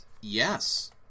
Yes